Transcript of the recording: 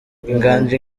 inganji